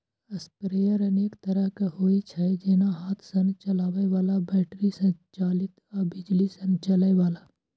sprayer अनेक तरहक होइ छै, जेना हाथ सं चलबै बला, बैटरी चालित आ बिजली सं चलै बला